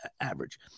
average